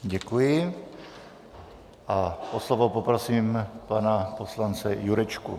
Děkuji a o slovo poprosím pana poslance Jurečku.